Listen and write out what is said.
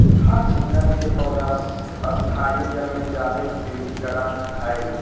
hyacinth के पौधा स्थायी जल में जादे वृद्धि करा हइ